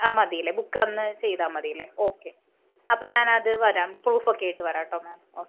ആ മതീല്ലെ ബുക്കന്ന് ചെയ്താൽ മതീല്ലെ ഓക്കെ അപ്പം ഞാനത് വരാം പ്രൂഫൊക്കെ ആയിട്ട് വരാട്ടോ മാം ഓക്കെ ഓക്കെ